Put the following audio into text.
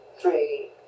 three